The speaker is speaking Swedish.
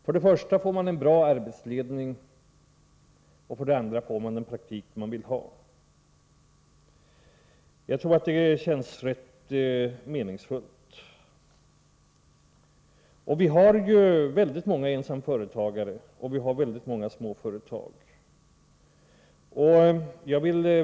För det första får ungdomarna en bra arbetsledning och för det andra får de den praktik de vill ha. Jag tror att det känns rätt meningsfullt. Och vi har väldigt många ensamföretagare och många små företag.